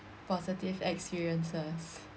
positive experiences